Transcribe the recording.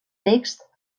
text